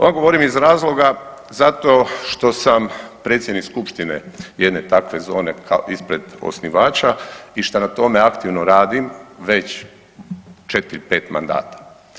Ovo govorim iz razloga zašto što sam predsjednik skupštine jedne takve zone ispred osnivača i šta na tome aktivno radim već 4, 5 mandata.